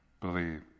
believe